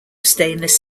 stainless